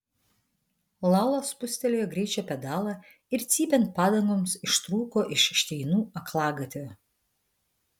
lala spustelėjo greičio pedalą ir cypiant padangoms išrūko iš šteinų aklagatvio